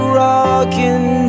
rocking